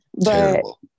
Terrible